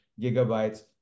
gigabytes